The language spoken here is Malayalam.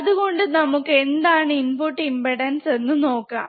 അതുകൊണ്ട് നമുക്ക് എന്താണ് ഇൻപുട് ഇമ്പ്പെടാൻസ് എന്ന് നോക്കാം